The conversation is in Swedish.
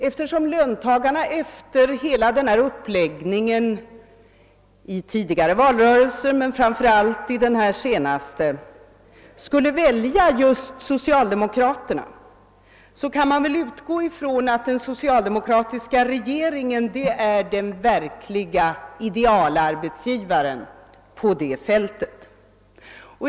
Eftersom löntagarna enligt den socialdemokratiska uppläggningen av såväl tidigare valrörelser som framför allt av den senaste valrörelsen skulle välja just socialdemokraterna kan man väl utgå från att den socialdemokratiska regeringen är den verkliga idealarbetsgivaren på sitt fält.